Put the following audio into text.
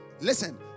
listen